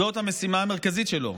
זאת המשימה המרכזית שלו.